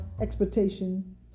expectation